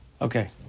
Okay